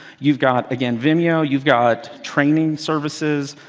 you've got, again, vimeo. you've got training services.